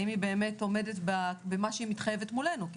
האם היא באמת עומדת במה שהיא מתחייבת מולנו כי